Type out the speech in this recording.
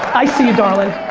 i see you darlin',